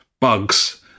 bugs